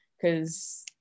cause